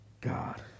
God